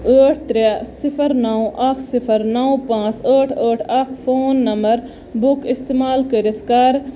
ٲٹھ ترٛےٚ صِفَر نو اکھ صِفَر نو پانٛژ ٲٹھ ٲٹھ اکھ فون نمر بُک اِستعمال کٔرِتھ کَر